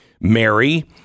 Mary